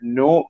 no